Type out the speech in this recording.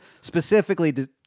specifically